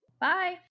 Bye